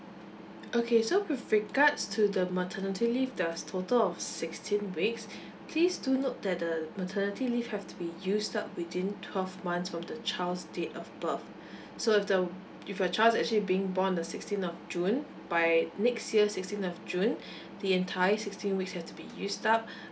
okay so with regards to the maternity leave there's a total of sixteen weeks please do note that the maternity leave have to be used up within twelve months from the child's date of birth so if the if your child is actually being born on the sixteen of june by next year sixteen of june the entire sixteen weeks have to be used up